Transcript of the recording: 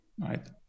Right